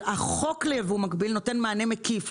החוק ליבוא מקביל נותן מענה מקיף,